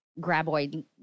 graboid